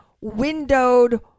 windowed